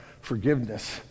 forgiveness